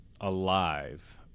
alive